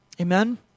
Amen